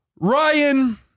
ryan